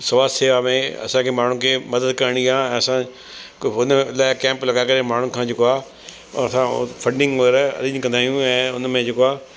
समाज शेवा में असांखे माण्हुनि खे मदद करणी आहे असां हुन लाइ कैंप लॻाए करे माण्हुनि खां जेको आहे असां फंडिंग वग़ैरह अरेंज कंदा आहियूं ऐं हुन में जेको आहे